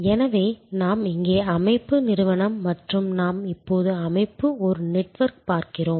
எனவே நாம் இங்கே அமைப்பு நிறுவனம் மற்றும் நாம் இப்போது அமைப்பு ஒரு நெட்வொர்க் பார்க்கிறோம்